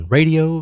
Radio